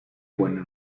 buena